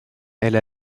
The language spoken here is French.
elle